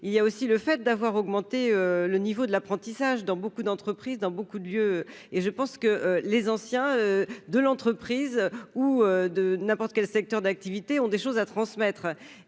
il y a aussi le fait d'avoir augmenté le niveau de l'apprentissage dans beaucoup d'entreprises, dans beaucoup de lieux et je pense que les anciens de l'entreprise ou de n'importe quel secteur d'activité ont des choses à transmettre